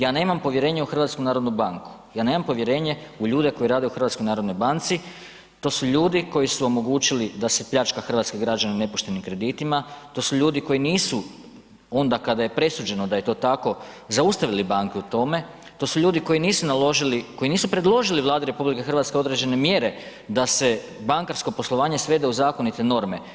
Ja nemam povjerenje u HNB, ja nemam povjerenje u ljude koji rade u HNB-u, to su ljudi koji su omogućili da se pljačka hrvatske građane nepoštenim kreditima, to su ljudi koji nisu onda kada je presuđeno da je to tako zaustavili banke u tome, to su ljudi koji nisu naložili koji nisu predložili Vladi RH određene mjere da se bankarsko poslovanje svede u zakonite norme.